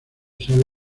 sale